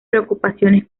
preocupaciones